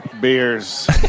Beers